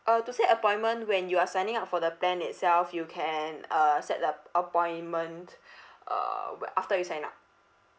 uh to set appointment when you are signing up for the plan itself you can uh set the ap~ appointment uh whe~ after you sign up